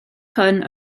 hwn